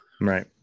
Right